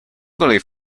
believe